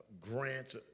grants